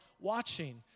watching